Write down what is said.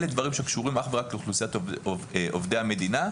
אלה דברים שקשורים אך ורק לאוכלוסיית עובדי המדינה.